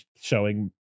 showing